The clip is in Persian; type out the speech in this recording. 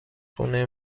خونه